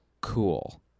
cool